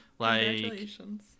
Congratulations